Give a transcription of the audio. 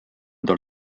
tal